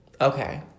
Okay